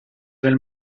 del